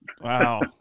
wow